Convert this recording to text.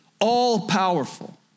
all-powerful